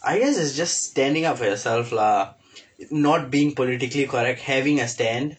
I guess it's just standing up for yourself lah not being politically correct having a stand